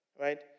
Right